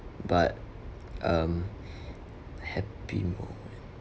but um happy moments